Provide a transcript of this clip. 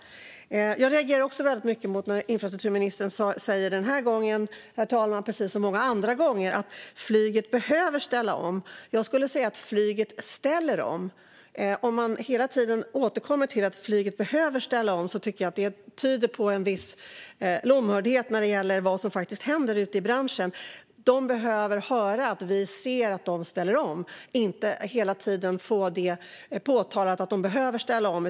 Herr talman! Jag reagerade också när infrastrukturministern, precis som många andra gånger, sa att flyget behöver ställa om. Jag skulle i stället säga att flyget ställer om. Att hela tiden återkomma till att flyget behöver ställa om tycker jag tyder på en viss lomhördhet när det gäller vad som faktiskt händer ute i branschen. Branschen behöver få höra att vi ser att man ställer om och inte hela tiden få påpekat att man behöver ställa om.